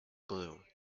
glue